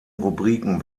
rubriken